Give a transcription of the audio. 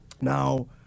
Now